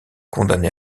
condamné